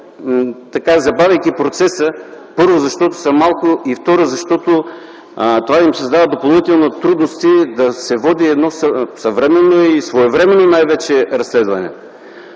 забавяйки процеса – първо, защото са малко, и, второ, защото това им създава допълнително трудности да се води едно съвременно и най-вече своевременно разследване,